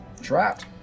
Trapped